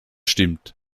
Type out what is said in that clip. stimmt